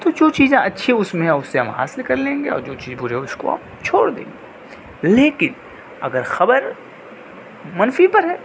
تو جو چیزیں اچھی اس میں ہیں اس سے ہم حاصل کرلیں گے اور جو چیز برے اس کو ہم چھوڑ دیں گے لیکن اگر خبر منفی پر ہے